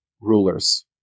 rulers